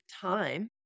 time